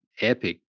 epic